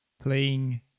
playing